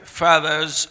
fathers